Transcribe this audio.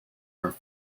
are